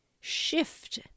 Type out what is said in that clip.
Shift